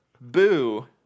Boo